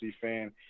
fan